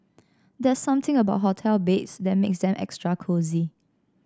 there's something about hotel beds that makes them extra cosy